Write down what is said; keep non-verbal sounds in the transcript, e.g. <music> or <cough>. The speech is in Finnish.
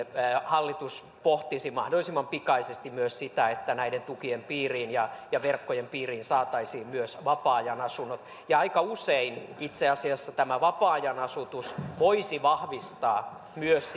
hallitus pohtisi mahdollisimman pikaisesti myös sitä että näiden tukien piiriin ja ja verkkojen piiriin saataisiin myös vapaa ajanasunnot aika usein itse asiassa vapaa ajan asutus voisi vahvistaa myös <unintelligible>